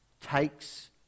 takes